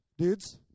Dudes